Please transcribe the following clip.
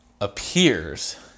appears